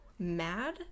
Mad